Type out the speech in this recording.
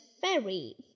ferry